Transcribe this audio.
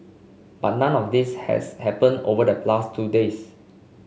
but none of this has happened over the last two days